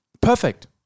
Perfect